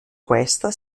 questa